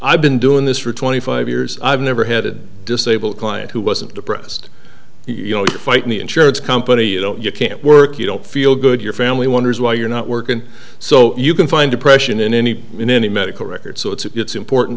i've been doing this for twenty five years i've never headed disable a client who wasn't depressed you know you're fighting the insurance company you don't you can't work you don't feel good your family wonders why you're not working so you can find depression in any in any medical record so it's important